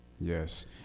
Yes